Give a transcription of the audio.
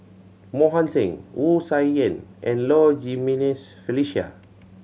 Mohan Singh Wu Tsai Yen and Low Jimenez Felicia